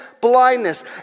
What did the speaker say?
blindness